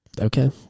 Okay